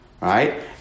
right